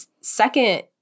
second